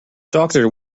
doctor